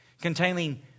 containing